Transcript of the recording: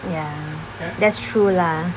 ya that's true lah